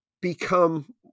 become